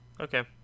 Okay